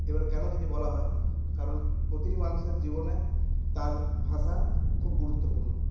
এবার কেন যদি বলা হয় কারণ পো প্রতিটি মানুষের জীবনে তার ভাষা খুব গুরুত্বপূর্ণ